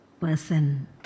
person